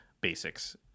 Basics